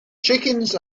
chickens